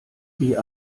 wie